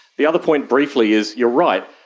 the other point briefly is you're right,